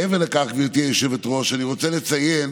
מעבר לכך, גברתי היושבת-ראש, אני רוצה לציין